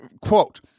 quote—